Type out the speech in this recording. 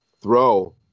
throw